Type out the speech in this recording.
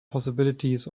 possibilities